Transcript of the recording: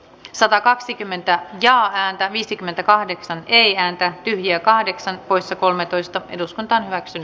satakaksikymmentä ja ääntä viisikymmentäkahdeksan teijan tähti ja kahdeksan poissa kolmetoista eduskunta hyväksyy